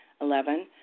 Eleven